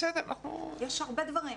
יש הרבה דברים.